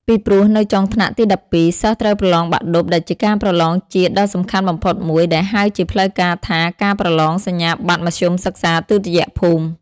ពីព្រោះនៅចុងថ្នាក់ទី១២ សិស្សត្រូវប្រឡងបាក់ឌុប ដែលជាការប្រឡងជាតិដ៏សំខាន់បំផុតមួយ ដែលហៅជាផ្លូវការថាការប្រឡងសញ្ញាបត្រមធ្យមសិក្សាទុតិយភូមិ។